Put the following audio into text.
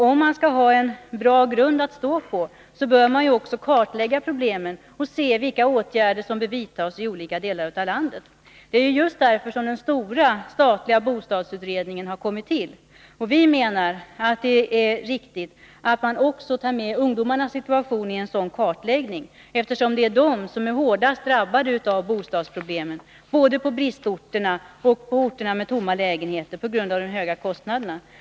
Om man skall ha en bra grund att stå på, bör man också kartlägga problemen för att se vilka åtgärder som behöver vidtas i olika delar av landet. Det är just därför som den stora, statliga bostadsutredningen har kommit till. Vi menar att det är viktigt att man också tar med ungdomarnas situation i en | sådan kartläggning, eftersom det är ungdomen som är hårdast drabbad av | bostadsproblemen, både på bristorterna och på orterna med tomma | lägenheter — i det senare fallet på grund av de höga kostnaderna.